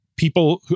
People